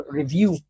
review